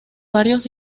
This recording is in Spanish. varios